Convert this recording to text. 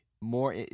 more